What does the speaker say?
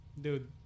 Dude